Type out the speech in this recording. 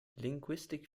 linguistic